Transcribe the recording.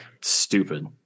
stupid